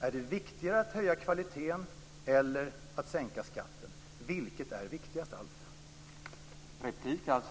Vad är viktigare, att höja kvaliteten eller att sänka skatten? Vilket är viktigast, Alf?